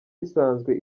risanzwe